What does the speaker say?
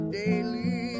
daily